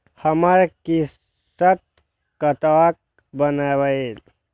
हमर किस्त कतैक बनले?